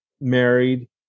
married